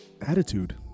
attitude